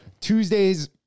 Tuesday's